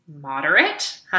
moderate